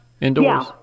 indoors